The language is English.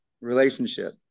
relationship